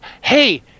hey